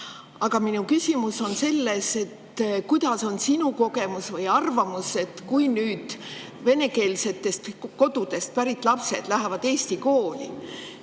Aga minu küsimus on selline. Milline on sinu kogemus või arvamus, kui nüüd venekeelsetest kodudest pärit lapsed lähevad eesti kooli,